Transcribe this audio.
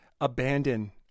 abandon